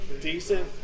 decent